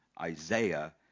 Isaiah